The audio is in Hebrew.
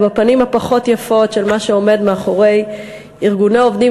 ולפנים הפחות-יפות של מה שעומד מאחורי ארגוני עובדים